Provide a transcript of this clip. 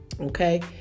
Okay